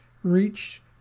reached